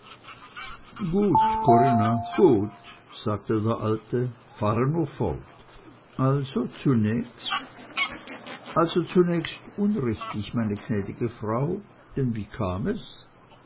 gut corinna gut sagte der alte fahre nur fort also zunächst also zunächst unrichtig meine gnädigste frau denn wie kam es